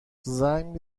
زنگ